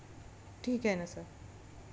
ठीक आहे ना सर